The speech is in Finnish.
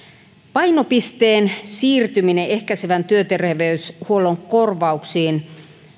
painopisteen siirtyminen ehkäisevän työterveyshuollon korvauksiin